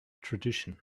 tradition